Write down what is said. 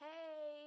Hey